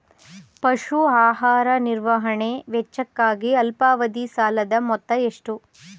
ಪಶು ಆಹಾರ ನಿರ್ವಹಣೆ ವೆಚ್ಚಕ್ಕಾಗಿ ಅಲ್ಪಾವಧಿ ಸಾಲದ ಮೊತ್ತ ಎಷ್ಟು?